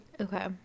Okay